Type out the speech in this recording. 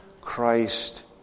Christ